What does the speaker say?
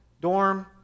dorm